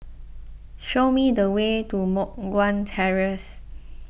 show me the way to Moh Guan Terrace